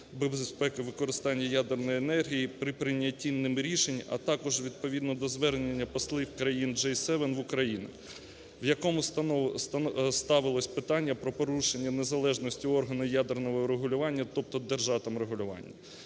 безпеки використання ядерної енергії при прийняті ним рішень, а також відповідно до звернення послів країн G7 в Україну, в якому ставилося питання про порушення незалежності органу ядерного регулювання, тобто "Держатомрегулювання".